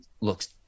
looks